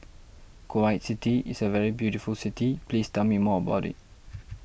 Kuwait City is a very beautiful city please tell me more about it